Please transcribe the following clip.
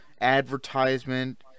advertisement